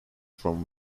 from